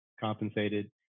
compensated